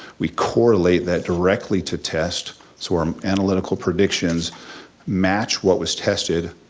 we correlate that directly to test, so our analytical predictions match what was tested,